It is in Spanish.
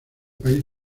país